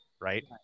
Right